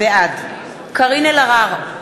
בעד קארין אלהרר,